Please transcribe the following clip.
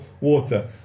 water